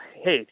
hey